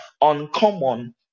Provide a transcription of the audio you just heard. uncommon